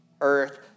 earth